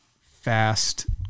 fast